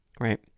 right